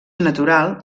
natural